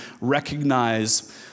recognize